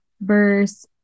verse